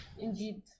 indeed